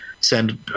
send